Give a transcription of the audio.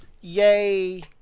Yay